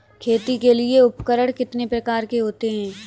खेती के लिए उपकरण कितने प्रकार के होते हैं?